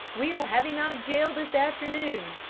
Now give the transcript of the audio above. we'll have him out of jail this afternoon.